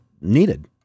needed